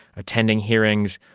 attending hearings,